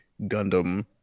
Gundam